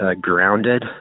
grounded